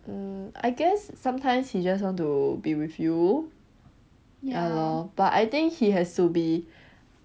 mm I guess sometimes he just want to be with you ya lo but I think he has to be